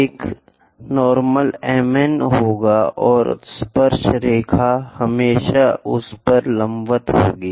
यह सामान्य M N होगा और स्पर्शरेखा हमेशा उस पर लंबवत होगी